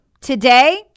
Today